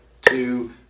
two